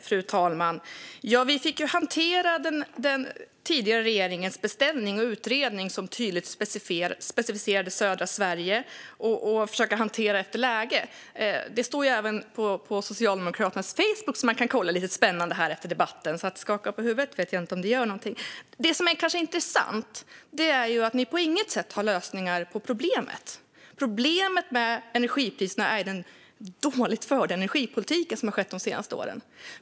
Fru talman! Vi fick hantera den tidigare regeringens beställning och utredning som tydligt specificerade södra Sverige. Det gäller att försöka hantera efter läge. Det står även på Socialdemokraternas Facebook, som man kan kolla efter debatten. Jag vet inte om det hjälper att ledamoten skakar på huvudet. Det som är intressant är att ni på inget sätt har lösningar på problemet. Problemet med energipriserna är den dåligt förda energipolitiken de senaste åren.